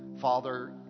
Father